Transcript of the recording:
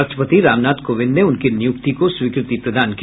राष्ट्रपति रामनाथ कोविंद ने उनकी नियुक्ति को स्वीकृति प्रदान की